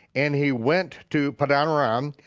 and he went to padanaram,